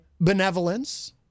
benevolence